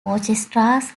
orchestras